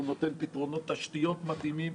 נותן פתרונות תשתיות מתאימים,